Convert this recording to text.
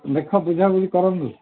ଦେଖ ବୁଝାବୁଝି କରନ୍ତୁ